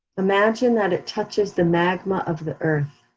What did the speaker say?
imagine that it touches the magma of the earth,